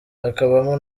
hakabamo